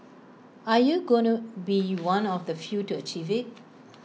are you gonna be one of the few to achieve IT